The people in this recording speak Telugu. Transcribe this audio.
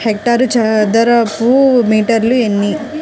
హెక్టారుకు చదరపు మీటర్లు ఎన్ని?